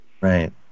Right